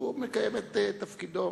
והוא מקיים את תפקידו.